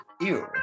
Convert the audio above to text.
ew